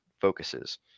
focuses